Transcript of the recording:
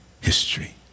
history